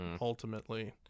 ultimately